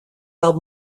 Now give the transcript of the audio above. album